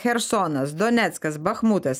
chersonas doneckas bachmutas